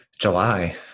July